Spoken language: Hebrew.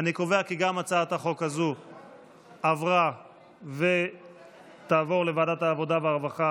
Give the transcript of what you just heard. אני קובע כי גם הצעת החוק הזאת עברה ותעבור לוועדת העבודה והרווחה